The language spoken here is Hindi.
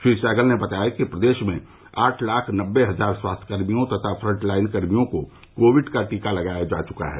श्री सहगल ने बताया कि प्रदेश में आठ लाख नब्बे हजार स्वास्थ्य कर्मियों तथा फ्रंट लाइन कर्मियों को कोविड का टीका लगाया जा चुका है